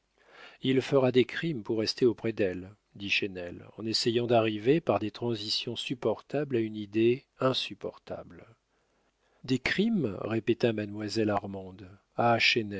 il fera des crimes pour rester auprès d'elle dit chesnel en essayant d'arriver par des transitions supportables à une idée insupportable des crimes répéta mademoiselle armande